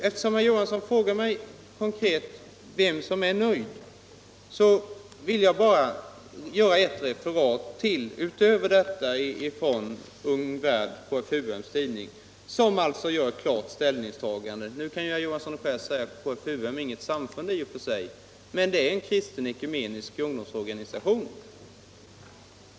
Eftersom herr Johansson i Skärstad frågade mig konkret vem som är nöjd, vill jag göra ytterligare ett referat utöver det tidigare från Ung Värld, KFUM:s tidning, som gör ett klart ställningstagande. Nu kan herr Johansson i Skärstad säga att KFUM inte är något samfund i och för sig, och det är riktigt, men KFUM är en kristen ekumenisk ungdomsorganisation.